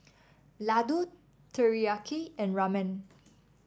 Lladoo Teriyaki and Ramen